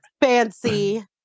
fancy